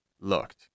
looked